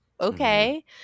Okay